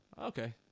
Okay